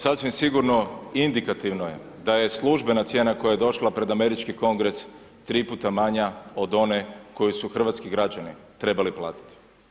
Sasvim sigurno indikativno je, da je službena cijena, koja je došla pred američki kongres tri puta manja, od one koju su hrvatski građani trebali platiti.